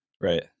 Right